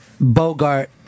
Bogart